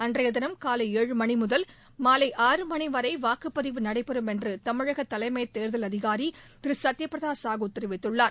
அன்றையதினம் காலை ஏழு மணி முதல் மாலை ஆறு மணி வரை வாக்குப்பதிவு நடைபெறும் என்று தமிழக தலைமை தேர்தல் அதிகாரி திரு சத்ய பிரதா சாஹூ தெரிவித்துள்ளார்